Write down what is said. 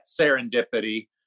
serendipity